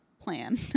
plan